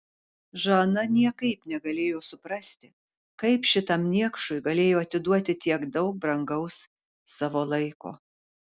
žana niekaip negalėjo suprasti kaip šitam niekšui galėjo atiduoti tiek daug brangaus savo laiko